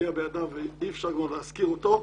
שסייע בידה, ואי-אפשר לא להזכיר אותו.